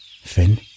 Finn